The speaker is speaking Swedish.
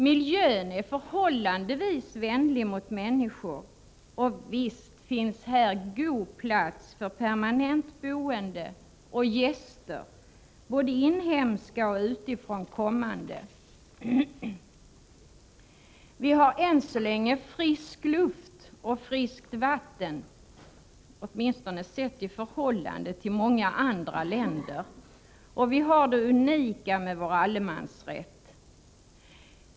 Miljön är förhållandevis vänlig mot människor, och visst finns här god plats för permanentboende och gäster, både inhemska och utifrån kommande. Vi har än så länge frisk luft och friskt vatten — åtminstone sett i förhållande till många andra länder — och vi har vår unika allemansrätt.